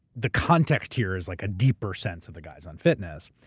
the context here is like a deeper sense of the guy's unfitness.